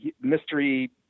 mystery